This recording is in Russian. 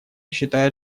считает